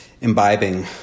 imbibing